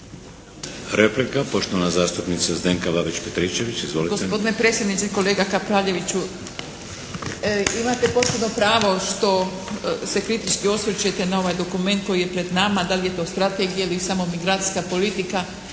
Replika, poštovani zastupnica Zdenka Babić Petričević. Izvolite.